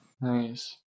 Nice